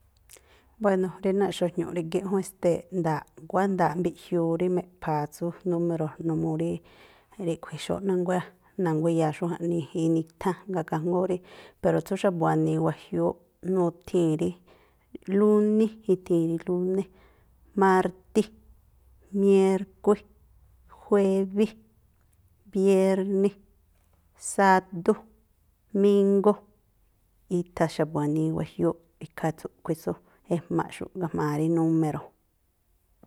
Buéno̱, rí náa̱ꞌ xuajñu̱ꞌ rígíꞌ jún, e̱ste̱e̱ꞌ nda̱a̱ꞌ nguá nda̱a̱ꞌ mbiꞌjiuu rí meꞌpha̱a̱ tsú núme̱ro̱, numuu rí ríꞌkhui̱ xú, na̱nguá i̱ya̱a xú jaꞌnii inithá, jngáa̱ kajngóó rí. Pero tsú xa̱bu̱ wanii wajiúúꞌ nuthii̱ rí lúní ithii̱ rí lúné, mártí, miérkué, juébí, biérní, sádú, míngú, itha xa̱bu̱ wanii wajiúúꞌ, ikhaa tsúꞌkhui̱ tsú ejmaꞌxu̱ ga̱jma̱a rí núme̱ro̱.